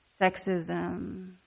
sexism